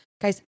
Guys